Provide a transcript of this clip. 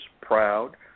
proud